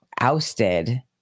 ousted